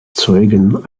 zeugen